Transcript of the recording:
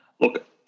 Look